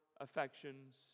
affections